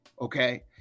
okay